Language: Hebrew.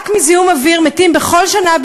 רק מזיהום אוויר מתים בכל שנה,